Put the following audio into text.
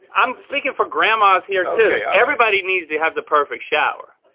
i'm speaking for grandmas here too. everybody needs to have the perfect shower.